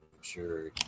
sure